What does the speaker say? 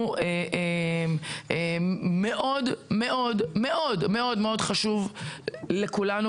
אנחנו מאוד-מאוד חשוב לכולנו,